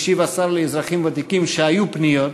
השיב השר לאזרחים ותיקים שהיו פניות,